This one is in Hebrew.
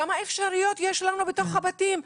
כמה אפשרויות יש לנו בתוך הבתים.